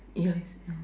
yes uh